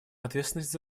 ответственность